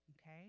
Okay